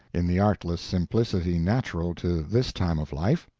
in the artless simplicity natural to this time of life,